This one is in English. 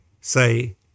say